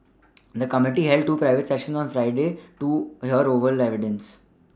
the committee held two private sessions on Friday to hear oral evidence